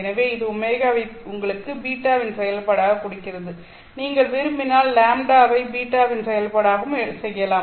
எனவே இது ω வை உங்களுக்கு β வின் செயல்பாடாக கொடுக்கிறது நீங்கள் விரும்பினால் λ வை β வின் செயல்பாடாகவும் செய்யலாம்